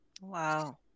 Wow